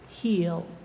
heal